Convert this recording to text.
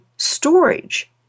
Storage